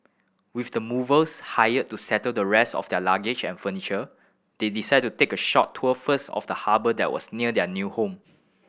with the movers hired to settle the rest of their luggage and furniture they decided to take a short tour first of the harbour that was near their new home